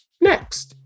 Next